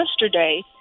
yesterday